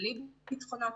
בלי ביטחונות.